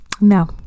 No